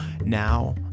now